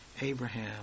Abraham